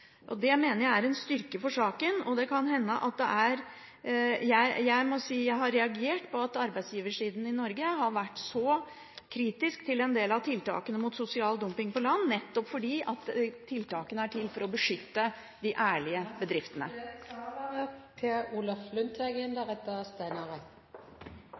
Det mener jeg er en styrke for saken. Jeg må si at jeg har reagert på at arbeidsgiversiden i Norge har vært så kritisk til en del av tiltakene mot sosial dumping på land – nettopp fordi tiltakene er til for å beskytte de ærlige bedriftene.